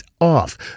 off